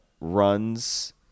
runs